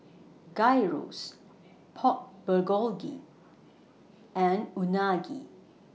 Gyros Pork Bulgogi and Unagi